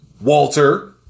Walter